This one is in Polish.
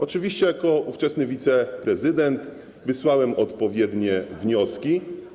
Oczywiście jako ówczesny wiceprezydent wysłałem odpowiednie wnioski.